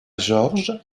george